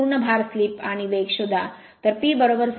पूर्ण भार स्लिप आणि वेग शोधा